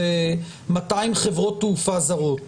אלה 200 חברות תעופה זרות.